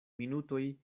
minutoj